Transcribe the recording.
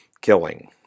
killing